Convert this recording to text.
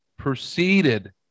Proceeded